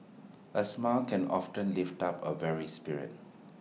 A smile can often lift up A weary spirit